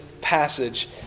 passage